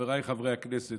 חבריי חברי הכנסת,